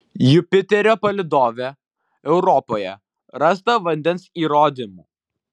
jupiterio palydove europoje rasta vandens įrodymų